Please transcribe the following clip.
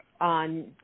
on